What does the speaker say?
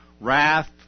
wrath